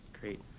Great